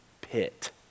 pit